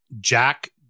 Jack